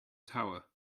tower